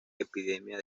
epidemia